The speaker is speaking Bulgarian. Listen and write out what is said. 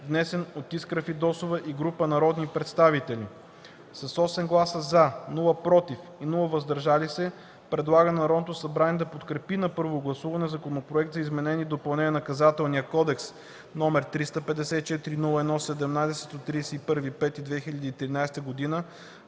внесен от Искра Фидосова и група народни представители; - с 8 гласа „за”, без „против” и „въздържали се” предлага на Народното събрание да подкрепи на първо гласуване Законопроект за изменение и допълнение на Наказателния кодекс, № 354-01-17/31.05.2013 г.,